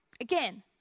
Again